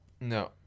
No